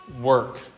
work